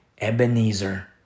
Ebenezer